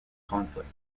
conflict